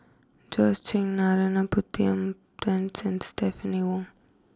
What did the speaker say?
Georgette Chen Narana Putumaippittan and Stephanie Wong